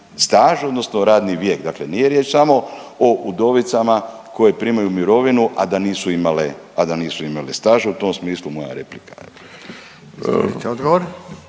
staž odnosno radni vijek. Dakle, nije riječ samo o udovicama koje primaju mirovinu, a da nisu imale, a da nisu imale staža. U tom smislu moja replika.